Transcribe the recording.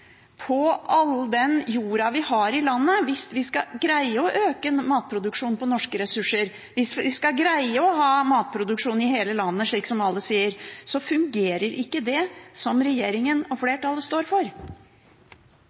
på all jorda vi har i landet. Hvis vi skal greie å øke matproduksjonen på norske ressurser, hvis vi skal greie å ha matproduksjon i hele landet, slik som alle sier, så fungerer ikke det som regjeringen og flertallet står for.